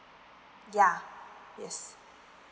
yeah yes